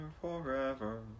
forever